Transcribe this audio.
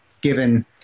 given